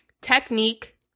technique